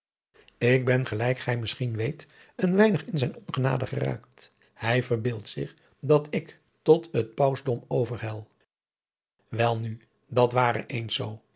ik ben gelijk gij misschien weet een weinig in zijne ongenade geraakt hij verbeeldt zich dat ik tot het pausdom overhel welnu dat ware eens zoo